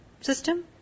system